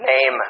name